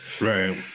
right